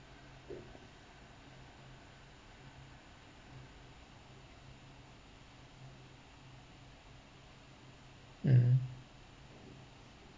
mmhmm